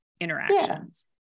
interactions